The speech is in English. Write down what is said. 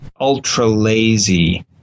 ultra-lazy